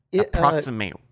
approximate